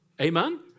Amen